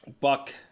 buck